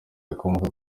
rikomoka